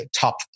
top